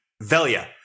Velia